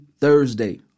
Thursday